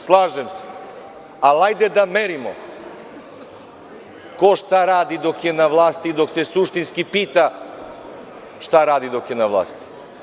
Slažem se, ali hajde da merimo, ko šta radi dok je na vlasti i dok se suštinski pita šta radi dok je na vlasti.